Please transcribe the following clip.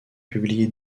publié